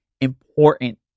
important